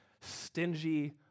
stingy